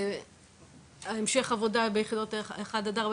לכן ביקשנו אתר ייצור נוסף.